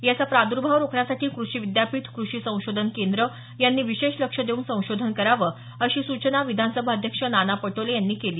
याचा प्रादुर्भाव रोखण्यासाठी क्रषी विद्यापीठ क्रषी संशोधन केंद्र यांनी विशेष लक्ष देऊन संशोधन करावे अशा सूचना विधानसभा अध्यक्ष नाना पटोले यांनी केल्या